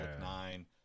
nine